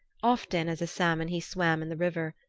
often as a salmon he swam in the river.